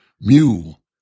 Mule